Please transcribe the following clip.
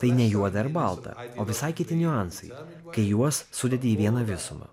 tai ne juoda ir balta o visai kiti niuansai kai juos sudedi į vieną visumą